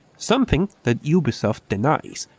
something the ubisoft denies.